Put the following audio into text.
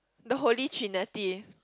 the holy trinity